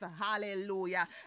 Hallelujah